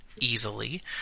easily